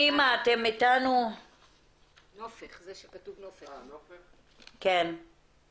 יש את המסגרת הרגילה, המפוקחת כמו ויצ"ו